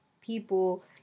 people